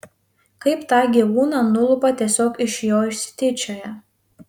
kaip tą gyvūną nulupa tiesiog iš jo išsityčioja